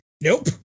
Nope